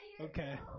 Okay